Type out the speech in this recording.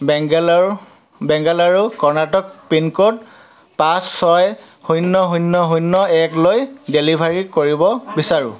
বেংগেলোৰ বেংগেলোৰো কৰ্ণাটক পিনক'ড পাঁচ ছয় শূন্য শূন্য শূন্য একলৈ ডেলিভাৰী কৰিব বিচাৰোঁ